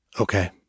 Okay